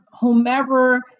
whomever